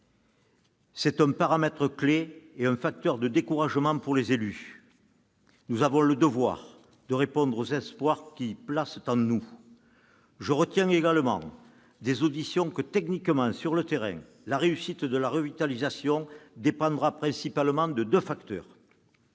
c'est un paramètre clé et un facteur de découragement pour les élus. Nous avons le devoir de répondre aux espoirs que ceux-ci placent en nous. Je retiens également des auditions que, techniquement et sur le terrain, la réussite de la revitalisation dépendra de deux principaux facteurs.